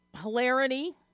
Hilarity